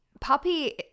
puppy